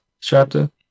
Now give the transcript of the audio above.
chapter